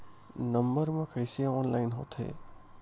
Number मा कइसे online होथे?